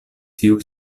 tiu